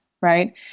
right